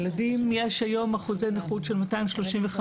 לילדים יש היום אחוזי נכות של 235%,